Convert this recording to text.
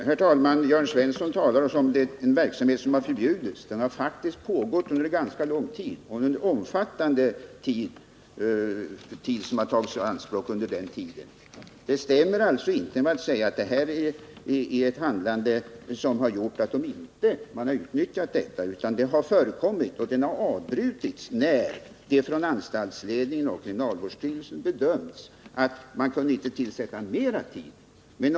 Herr talman! Jörn Svensson talar som om detta vore en verksamhet som hade förbjudits, men den har faktiskt pågått under ganska lång period, och det är en omfattande tid som under den perioden har tagits i anspråk för denna verksamhet. Det stämmer alltså inte om man säger att det här är fråga om ett handlande som har gjort att man inte har utnyttjat denna möjlighet, eftersom sådan verksamhet har förekommit men avbrutits när anstaltsledningen och kriminalvårdsstyrelsen bedömt saken så, att man inte kunde avsätta mera tid för den.